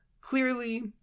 clearly